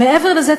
מעבר לזה,